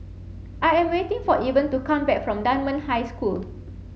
I am waiting for Evan to come back from Dunman High School